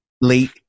late